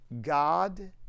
God